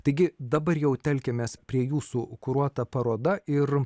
taigi dabar jau telkiamės prie jūsų kuruota paroda ir